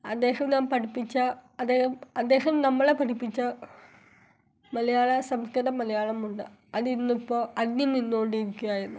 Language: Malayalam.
അദ്ദേഹം നാം പഠിപ്പിച്ച അദ്ദേഹം അദ്ദേഹം നമ്മളെ പഠിപ്പിച്ച മലയാള സംസ്കൃതം മലയാളമുണ്ട് അത് ഇന്നിപ്പോൾ അന്യം നിന്നു കൊണ്ടിരിക്കുകയായിരുന്നു